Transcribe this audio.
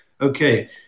Okay